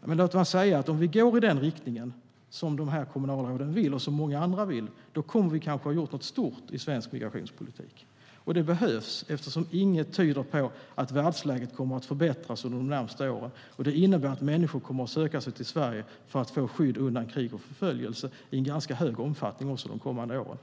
Men om vi går i den riktning som kommunalråden, och många andra, vill kommer vi kanske att ha gjort något stort i svensk integrationspolitik. Det behövs eftersom inget tyder på att världsläget kommer att förbättras under de närmaste åren, vilket innebär att människor kommer att söka sig till Sverige för att få skydd undan krig och förföljelse i ganska stor omfattning också de kommande åren.